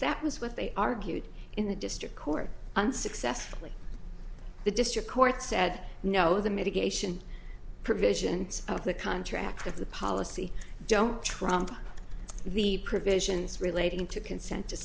that was what they argued in the district court unsuccessfully the district court said no the mitigation provisions of the contract of the policy don't trump the provisions relating to consen